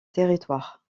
territoire